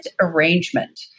arrangement